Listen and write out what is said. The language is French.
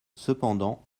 cependant